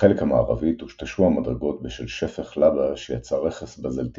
בחלק המערבי טושטשו המדרגות בשל שפך לבה שיצר רכס בזלתי